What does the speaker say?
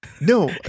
No